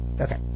Okay